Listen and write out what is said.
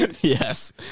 Yes